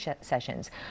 sessions